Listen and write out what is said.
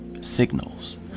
signals